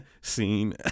scene